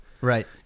Right